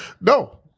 No